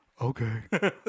okay